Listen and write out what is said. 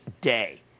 day